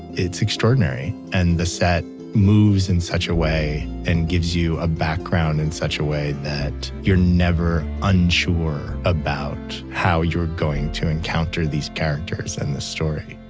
it's extraordinary and the set moves in such a way and gives you a background in such a way that you're never unsure about how you're going to encounter these characters and the story